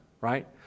Right